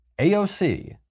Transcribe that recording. AOC